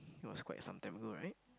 that was quite some time ago right